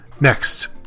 Next